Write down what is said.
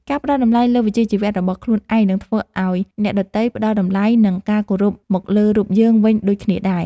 ការផ្ដល់តម្លៃលើវិជ្ជាជីវៈរបស់ខ្លួនឯងនឹងធ្វើឱ្យអ្នកដទៃផ្ដល់តម្លៃ និងការគោរពមកលើរូបយើងវិញដូចគ្នាដែរ។